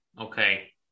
Okay